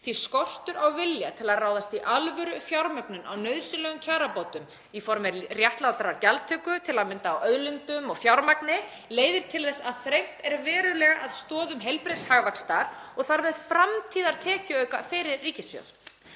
Skortur á vilja til að ráðast í alvörufjármögnun á nauðsynlegum kjarabótum í formi réttlátrar gjaldtöku, til að mynda á auðlindum og fjármagni, leiðir til þess að þrengt er verulega að stoðum heilbrigðs hagvaxtar og þar með framtíðartekjuauka fyrir ríkissjóð.